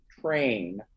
train